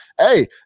Hey